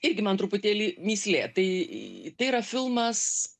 irgi man truputėlį mįslė tai tai yra filmas